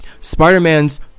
Spider-Man's